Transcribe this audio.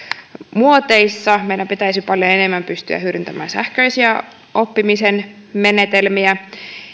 muoteissa meidän pitäisi paljon enemmän pystyä hyödyntämään sähköisiä oppimisen menetelmiä